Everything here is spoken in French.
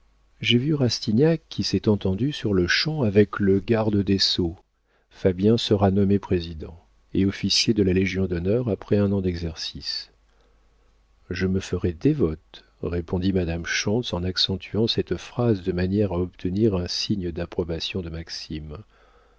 j'ai vu rastignac qui s'est entendu sur-le-champ avec le garde des sceaux fabien sera nommé président et officier de la légion d'honneur après un an d'exercice je me ferai dévote répondit madame schontz en accentuant cette phrase de manière à obtenir un signe d'approbation de maxime